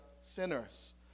sinners